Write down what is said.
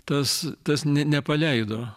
tas tas ne nepaleido